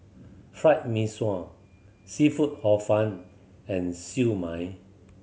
Fried Mee Sua seafood Hor Fun and Siew Mai